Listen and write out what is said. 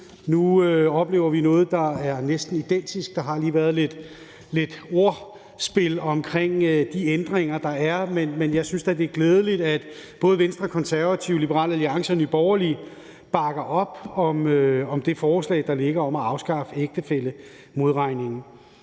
Nu oplever vi noget, der er næsten identisk. Der har lige været lidt ordspil omkring de ændringer, der er, men jeg synes da, det er glædeligt, at både Venstre, Konservative, Liberal Alliance og Nye Borgerlige bakker op om det forslag, der foreligger, om at afskaffe ægtefællemodregningen.